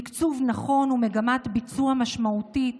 תקצוב נכון ומגמת ביצוע משמעותית